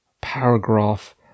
paragraph